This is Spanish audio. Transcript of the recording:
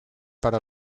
para